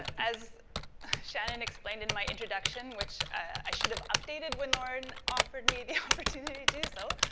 as shannon explained in my introduction, which i should have updated when lauren offered me the opportunity to do so.